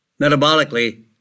metabolically